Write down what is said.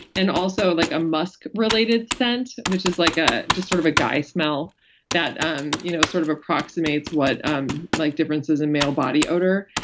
and also like a musk related scent, which is like ah just sort of a guy smell that um you know sort of approximates um like differences in male body odor.